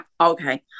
okay